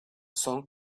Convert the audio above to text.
son